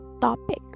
topic